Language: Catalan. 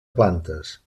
plantes